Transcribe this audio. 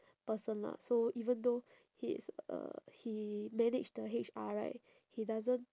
person lah so even though his uh he manage the H_R right he doesn't